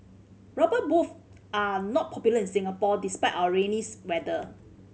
rubber boot are not popular in Singapore despite our rainy's weather